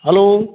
hello